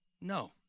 No